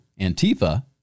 Antifa